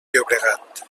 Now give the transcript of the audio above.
llobregat